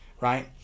right